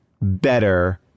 better